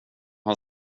han